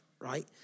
right